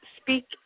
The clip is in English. speak